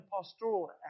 pastoral